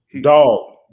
Dog